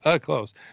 Close